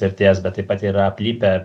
vertės bet taip pat yra aplipę